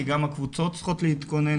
כי גם הקבוצות צריכות להתכונן,